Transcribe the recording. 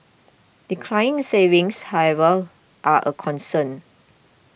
declining savings however are a concern